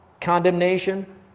condemnation